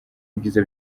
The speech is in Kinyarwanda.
ibyiza